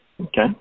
Okay